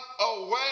away